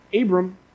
Abram